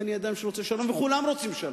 ואני אדם שרוצה שלום וכולם רוצים שלום,